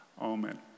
Amen